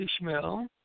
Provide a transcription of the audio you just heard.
Ishmael